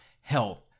health